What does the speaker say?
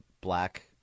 black